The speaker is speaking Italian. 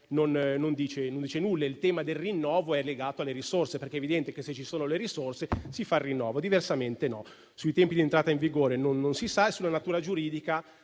non ha detto nulla. Il tema del rinnovo è legato alle risorse, perché è evidente che, se ci sono le risorse si fa il rinnovo, diversamente no. Sui tempi di entrata in vigore non si sa e sulla natura giuridica